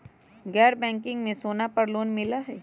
गैर बैंकिंग में सोना पर लोन मिलहई?